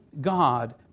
God